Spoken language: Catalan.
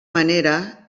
manera